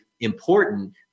important